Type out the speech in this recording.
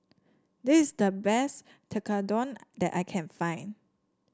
this is the best Tekkadon that I can find